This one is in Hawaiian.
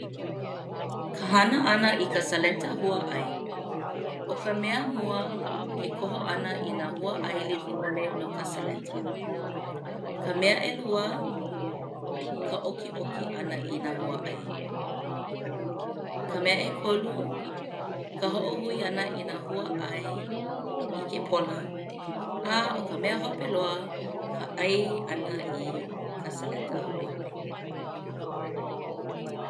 Ka hana ʻana i ka saleta huaʻai ʻO ka mea mua ke koho ʻana i nā huaʻai like ʻole no ka Saleta. Ka mea ʻelua ka ʻokiʻoki ʻana i nā huaʻai. Ka mea ʻekolu ka hoʻohui ʻana i nā huaʻai i ke pola. A ʻo ka mea hope loa ka ʻai ʻana i ka saleta huaʻai.